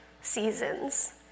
seasons